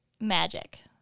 magic